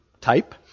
type